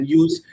use